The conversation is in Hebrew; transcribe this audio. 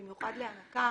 במיוחד להנקה,